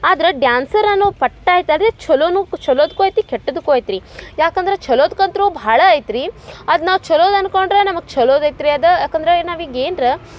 ಆದ್ರ ಡ್ಯಾನ್ಸರ್ ಅನ್ನೊ ಪಟ್ಟ ಐತಲ್ಲ ರೀ ಛಲೋನು ಛಲೋದ್ಕು ಐತಿ ಕೆಟ್ಟದಕ್ಕು ಐತಿ ರೀ ಯಾಕಂದರೆ ಛಲೋದ್ಕ ಅಂತ್ರೂ ಭಾಳ ಐತಿ ರೀ ಅದ ನಾವು ಛಲೋದ ಅನ್ಕೊಂಡರೆ ನಮಗೆ ಛಲೋದ ಐತೆ ರೀ ಅದ ಯಾಕಂದರೆ ಈಗ ನಾವು ಈಗ ಏನ್ರ